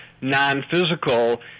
non-physical